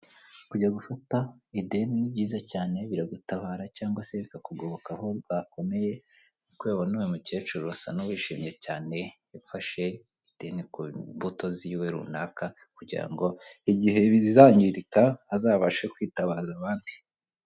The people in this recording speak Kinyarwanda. Kujya gufata ideni ni byiza cyane, biragutabara cyangwa se bikakugoboka aho rwakomeye, nk'uko ubibona, uyu mukecuru asa n'uwishimye cyane, yafashe ideni ku mbuto ziwe runaka kugira ngo igihe bizangirika azabashe kwitabaza abandi.